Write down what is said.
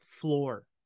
floor